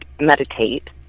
meditate